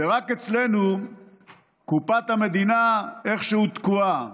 ורק אצלנו קופת המדינה איכשהו תקועה.